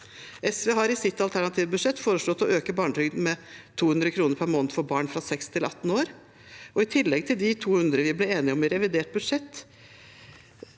SV har i sitt alternative budsjett foreslått å øke barnetrygden med 200 kr per måned for barn fra 6 til 18 år, i tillegg til de 200 kr vi ble enige om i revidert budsjett,